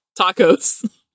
tacos